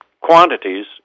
quantities